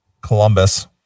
Columbus